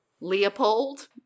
Leopold